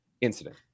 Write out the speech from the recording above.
incident